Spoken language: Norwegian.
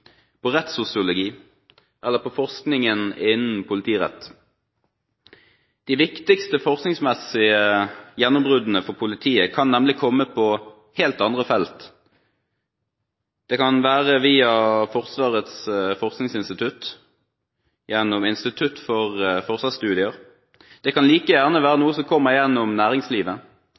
på rettssosiologi – eller på forskningen innen politirett? De viktigste forskningsmessige gjennombruddene for politiet kan nemlig komme på helt andre felt. Det kan være via Forsvarets forskningsinstitutt eller gjennom Institutt for forsvarsstudier. Det kan like gjerne være noe som kommer gjennom næringslivet,